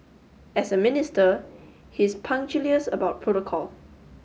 as a minister he's punctilious about protocol